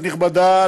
כנסת נכבדה,